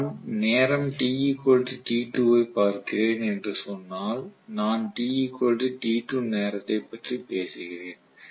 நான் நேரம் t t2 ஐப் பார்க்கிறேன் என்று சொன்னால் நான் t t2 நேரத்தைப் பற்றி பேசுகிறேன்